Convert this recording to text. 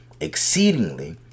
exceedingly